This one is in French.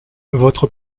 votre